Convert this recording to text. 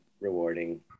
rewarding